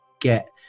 get